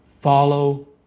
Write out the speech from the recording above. Follow